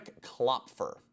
Klopfer